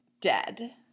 Dead